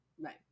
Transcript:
Right